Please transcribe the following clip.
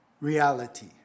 reality